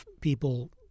people